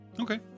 Okay